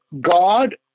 God